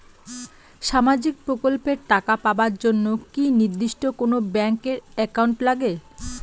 সামাজিক প্রকল্পের টাকা পাবার জন্যে কি নির্দিষ্ট কোনো ব্যাংক এর একাউন্ট লাগে?